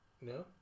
No